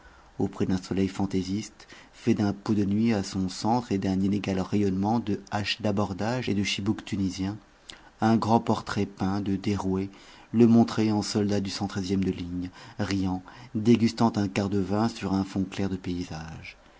auprès d'un soleil fantaisiste fait d'un pot de nuit à son centre et d'un inégal rayonnement de haches d'abordage et de chibouks tunisiens un grand portrait peint de derouet le montrait en soldat du e de ligne riant dégustant un quart de vin sur un fond clair de paysage